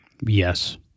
Yes